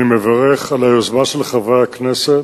אני מברך על היוזמה של חבר הכנסת